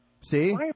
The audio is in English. See